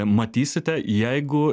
matysite jeigu